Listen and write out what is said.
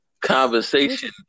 conversation